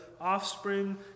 offspring